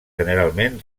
generalment